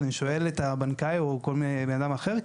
אני שואל את הבנקאי או כל בן אדם אחר,